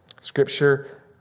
Scripture